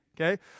okay